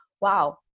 wow